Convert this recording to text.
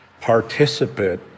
participate